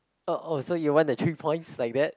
oh oh so you want the three points like that